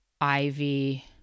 ivy